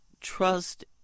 trust